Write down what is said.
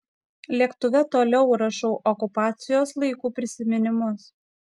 lėktuve toliau rašau okupacijos laikų prisiminimus